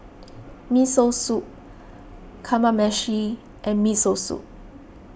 Miso Soup Kamameshi and Miso Soup